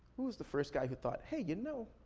who was the first guy who thought, hey, you know,